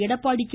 Edappadi K